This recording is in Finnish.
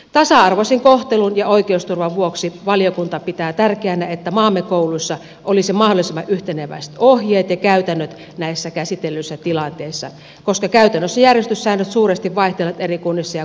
tasa arvoisen kohtelun ja oikeusturvan vuoksi valiokunta pitää tärkeänä että maamme kouluissa olisi mahdollisimman yhteneväiset ohjeet ja käytännöt näissä käsitellyissä tilanteissa koska käytännössä järjestyssäännöt suuresti vaihtelevat eri kunnissa ja kouluissa